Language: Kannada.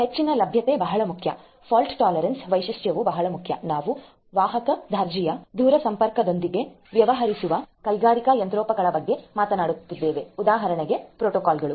ಹೆಚ್ಚಿನ ಲಭ್ಯತೆ ಬಹಳ ಮುಖ್ಯ ಫಾಲ್ಟ್ತೊ ಟೋಲೆರಾನ್ಸ್ ವೈಶಿಷ್ಟ್ಯವು ಬಹಳ ಮುಖ್ಯ ನಾವು ವಾಹಕ ದರ್ಜೆಯ ದೂರಸಂಪರ್ಕದೊಂದಿಗೆ ವ್ಯವಹರಿಸುವ ಕೈಗಾರಿಕಾ ಯಂತ್ರೋಪಕರಣಗಳ ಬಗ್ಗೆ ಮಾತನಾಡುತ್ತಾರೆ ಉಪಕರಣಗಳು ಪ್ರೋಟೋಕಾಲ್ಗಳು